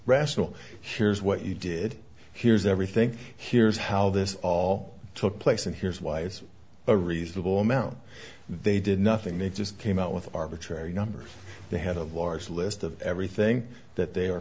rational here's what you did here's everything here's how this all took place and here's why it's a reasonable amount they did nothing they just came out with arbitrary numbers they had a large list of everything that they are